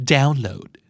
Download